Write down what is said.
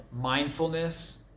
mindfulness